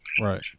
Right